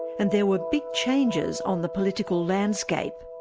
and there were big changes on the political landscape.